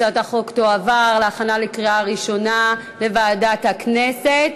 הצעת החוק תועבר להכנה לקריאה ראשונה לוועדת הכנסת.